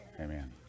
Amen